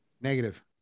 Negative